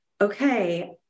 okay